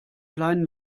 kleinen